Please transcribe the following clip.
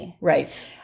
Right